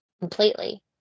completely